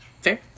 Fair